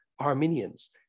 Armenians